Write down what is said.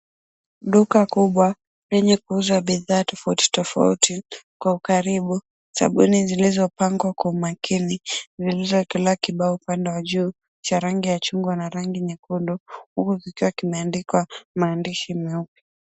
Duka kubwa lenye kuuza bidhaa tofauti tofauti kwa ukaribu sabuni zilizopangwa kwa makini zilizoekelewa kibao upande wa juu cha rangi ya chungwa na rangi nyekundu huku kukiwa kimeandikwa maandishi meupe.